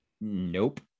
Nope